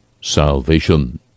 salvation